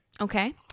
Okay